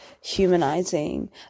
humanizing